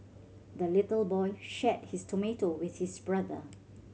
the little boy shared his tomato with his brother